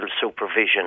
supervision